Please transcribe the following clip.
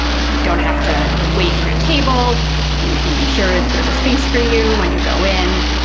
you you don't have to wait for a table you can be sure that there's a space for you when you go in.